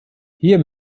hier